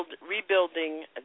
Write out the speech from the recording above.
rebuilding